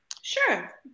Sure